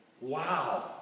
Wow